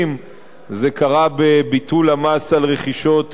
זה קרה בביטול המס על רכישות באינטרנט,